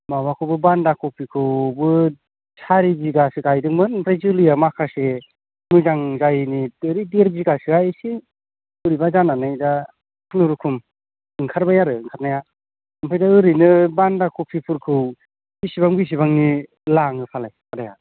माबाखौबो बान्दा कबिखौबो सारिबिगासो गायदोंमोन ओमफ्राय जोलैया माखासे मोजां जायैनि देर बिगासोआ इसे बोरैबा जानानै दा खुनु रुखुम ओंखारबाय आरो ओंखारनाया ओंखायनो ओरैनो बान्दा कबिफोरखौ बेसेबां बेसेबांनि लाङो फालाय आदाया